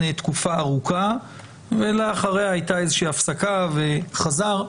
תקופה ארוכה ולאחריה הייתה איזושהי הפסקה וחזר.